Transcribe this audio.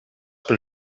pel